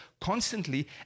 constantly